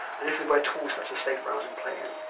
and this is where tools such as safe browsing playing